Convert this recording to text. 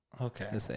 Okay